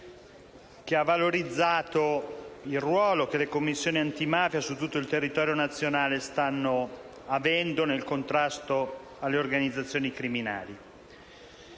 che ha valorizzato il ruolo delle Direzioni antimafia su tutto il territorio nazionale nel contrasto alle organizzazioni criminali.